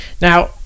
Now